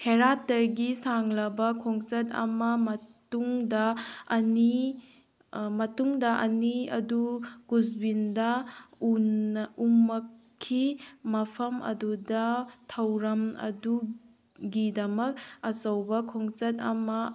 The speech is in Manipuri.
ꯍꯦꯔꯥꯠꯇꯒꯤ ꯁꯥꯡꯂꯕ ꯈꯣꯡꯆꯠ ꯑꯃ ꯃꯇꯨꯡꯗ ꯑꯅꯤ ꯃꯇꯨꯡꯗ ꯑꯅꯤ ꯑꯗꯨ ꯀꯨꯁꯕꯤꯟꯗ ꯎꯝꯃꯛꯈꯤ ꯃꯐꯝ ꯑꯗꯨꯗ ꯊꯧꯔꯝ ꯑꯗꯨꯒꯤꯗꯃꯛ ꯑꯆꯧꯕ ꯈꯣꯡꯆꯠ ꯑꯃ